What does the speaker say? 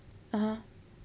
(uh huh)